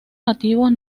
nativos